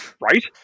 Right